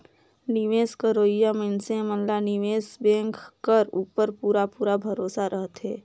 निवेस करोइया मइनसे मन ला निवेस बेंक कर उपर पूरा पूरा भरोसा रहथे